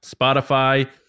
Spotify